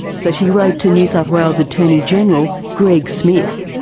so she wrote to new south wales attorney general greg smith.